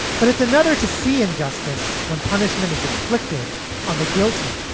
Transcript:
but it's another to see injustice when punishment is inflicted on the guilty.